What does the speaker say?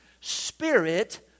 spirit